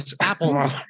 Apple